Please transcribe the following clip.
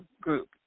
group